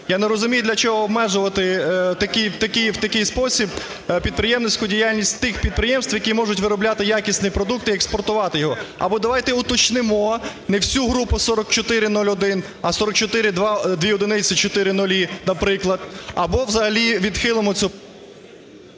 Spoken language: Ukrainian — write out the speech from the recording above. Я не розумію, для чого обмежувати в такий спосіб підприємницьку діяльність тих підприємств, які можуть виробляти якісний продукт і експортувати його. Або давайте уточнимо: не всю групу 4401, а 44110000, наприклад, або взагалі відхилимо цю…